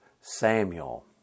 Samuel